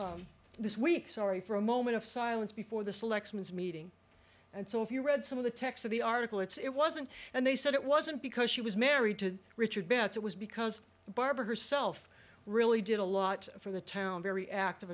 month this week sorry for a moment of silence before the selection is meeting and so if you read some of the text of the article it's it wasn't and they said it wasn't because she was married to richard betts it was because barbara herself really did a lot for the town very active